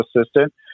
assistant